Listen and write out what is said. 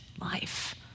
life